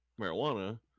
marijuana